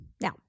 Now